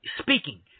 speaking